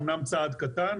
אומנם צעד קטן,